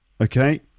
okay